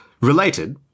related